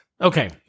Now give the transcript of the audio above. Okay